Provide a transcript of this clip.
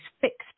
fixed